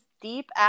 deep